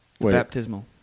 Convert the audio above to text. baptismal